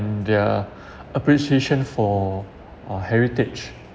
their appreciation for uh heritage